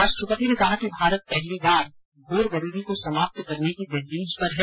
राष्ट्रपति ने कहा कि भारत पहली बार घोर गरीबी को समाप्त करने की दहलीज पर है